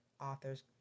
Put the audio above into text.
authors